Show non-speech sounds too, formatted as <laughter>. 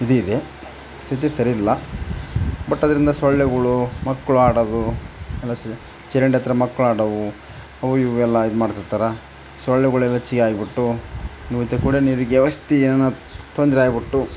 ಇದು ಇದೆ ಸ್ಥಿತಿ ಸರಿ ಇಲ್ಲ ಬಟ್ ಅದ್ರಿಂದ ಸೊಳ್ಳೆಗಳು ಮಕ್ಕಳು ಆಡೋದು <unintelligible> ಚರಂಡಿ ಹತ್ರ ಮಕ್ಳು ಆಡೋವು ಅವು ಇವೆಲ್ಲ ಇದು ಮಾಡ್ತಿರ್ತಾರೆ ಸೊಳ್ಳೆಗಳೆಲ್ಲ ಹೆಚ್ಗೆ ಆಗ್ಬಿಟ್ಟು ಮುಂದೆ ಕುಡಿಯೋ ನೀರಿಗೆ ವ್ಯವಸ್ಥೆ ಏನೇನೊ ತೊಂದರೆ ಆಗ್ಬಿಟ್ಟು